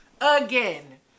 again